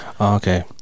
okay